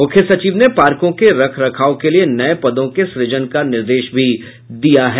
मुख्य सचिव ने पार्को के रख रखाव के लिये नये पदों के सुजन का निर्देश भी दिया है